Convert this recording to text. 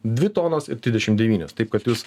dvi tonos ir trisdešim devynios taip kad jūs